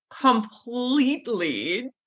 completely